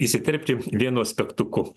įsiterpti vienu aspektuku